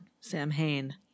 Samhain